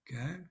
Okay